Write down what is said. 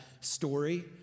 story